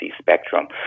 spectrum